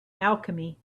alchemy